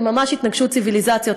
של ממש התנגשות ציביליזציות,